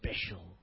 special